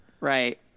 Right